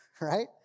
Right